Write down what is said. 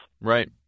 Right